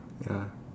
ya